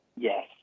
Yes